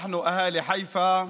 אנחנו, תושבי חיפה,